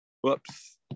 Whoops